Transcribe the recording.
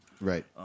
Right